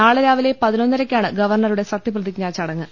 നാളെ രാവിലെ പതിനൊന്നരയ്ക്കാണ് ഗവർണറുടെ സത്യപ്ര തിജ്ഞാ ചടങ്ങ്